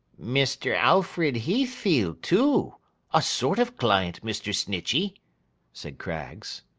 mr. alfred heathfield too a sort of client, mr. snitchey said craggs.